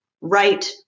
right